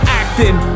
acting